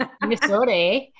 Minnesota